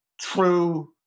true